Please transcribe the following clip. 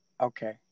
okay